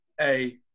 A-